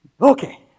Okay